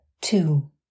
Two